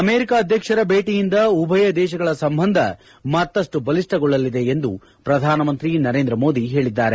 America ಅಧ್ಯಕ್ಷರ ಭೇಟಿಯಿಂದ ಉಭಯ ದೇಶಗಳ ಸಂಬಂಧ ಮತ್ತಷ್ಟು ಬಲಿಷ್ಠಗೊಳ್ಳಲಿದೆ ಎಂದು ಪ್ರಧಾನಮಂತ್ರಿ ನರೇಂದ್ರ ಮೋದಿ ಹೇಳಿದ್ದಾರೆ